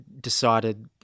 decided